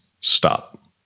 stop